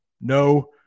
no